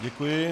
Děkuji.